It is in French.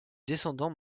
descendants